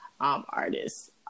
artists